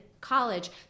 college